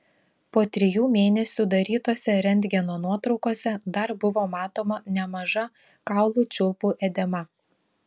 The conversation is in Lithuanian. po trijų mėnesių darytose rentgeno nuotraukose dar buvo matoma nemaža kaulų čiulpų edema